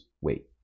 Wait